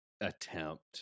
attempt